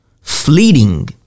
fleeting